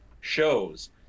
shows